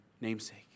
namesake